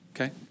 Okay